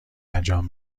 انجام